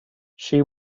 she